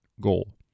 goal